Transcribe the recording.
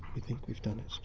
we think we've done it,